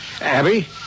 Abby